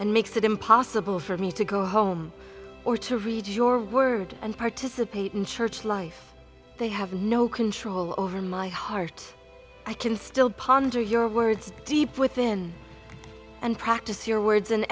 and makes it impossible for me to go home or to read your word and participate in church life they have no control over my heart i can still ponder your words deep within and practice your words in